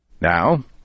Now